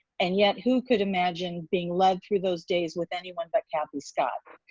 and yet who could imagine being led through those days with anyone but kathy scott?